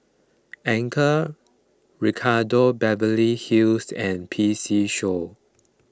Anchor Ricardo Beverly Hills and P C Show